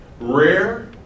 Rare